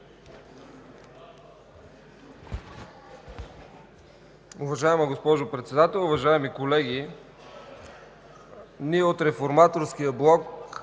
Уважаема госпожо Председател, уважаеми колеги! Ние от Реформаторския блок